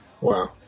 wow